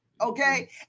okay